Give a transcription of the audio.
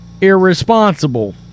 irresponsible